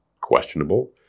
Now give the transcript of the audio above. questionable